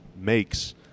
makes